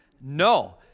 No